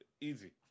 easy